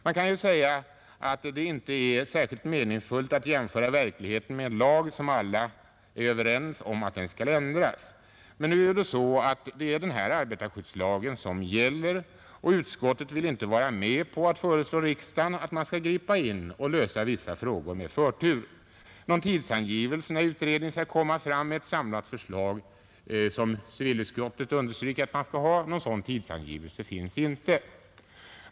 Man kan ju säga att det inte är särskilt meningsfullt att jämföra verkligheten med en lag som alla är överens om att den skall ändras. Men ännu gäller 1949 års arbetarskyddslag, och utskottet vill inte vara med om att föreslå riksdagen att man skall gripa in och lösa vissa frågor med förtur. Någon tidsangivelse när utredningen skall komma med ett samlat förslag — som civilutskottet understryker att man skall ha — finns inte.